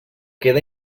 queda